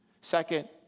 Second